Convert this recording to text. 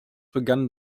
begann